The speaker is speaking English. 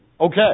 Okay